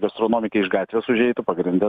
gastronomike iš gatvės užeitų pagrinde